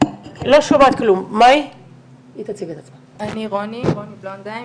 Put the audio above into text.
אני רוני בלונדהיים,